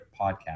podcast